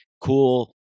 cool